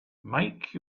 make